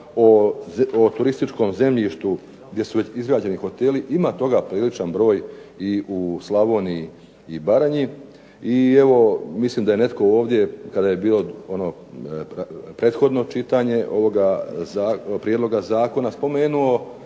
o turističkom zemljištu gdje su već izgrađeni hoteli ima toga priličan broj i u Slavoniji i Baranji. I evo, mislim da je netko ovdje kada je bio ono prethodno čitanje ovoga prijedloga zakona spomenuo